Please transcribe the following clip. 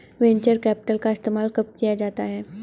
Venture capital का इस्तेमाल कब किया जाता है?